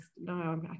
no